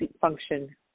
function